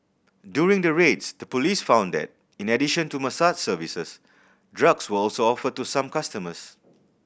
during the raids the police found that in addition to massage services drugs were also offered to some customers